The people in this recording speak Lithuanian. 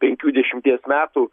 penkių dešimties metų